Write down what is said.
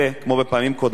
כמו בפעמים קודמות,